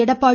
Edappadi